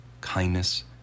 kindness